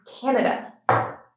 Canada